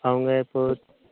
அவங்க இப்போது